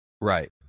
Right